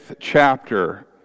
chapter